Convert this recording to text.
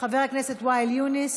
חבר הכנסת ואאל יונס,